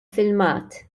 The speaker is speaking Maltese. filmat